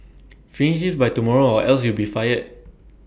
finish this by tomorrow or else you'll be fired